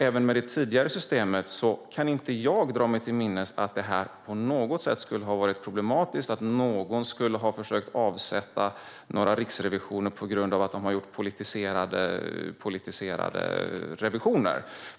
Även med det tidigare systemet kan jag inte dra mig till minnes att det på något sätt skulle ha varit problematiskt eller att någon skulle ha försökt avsätta några riksrevisorer på grund av att de har gjort politiserade revisioner.